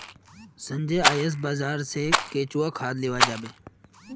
संजय आइज बाजार स केंचुआ खाद लीबा जाबे